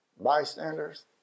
bystanders